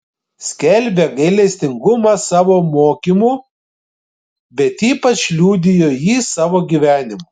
skelbė gailestingumą savo mokymu bet ypač liudijo jį savo gyvenimu